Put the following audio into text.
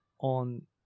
on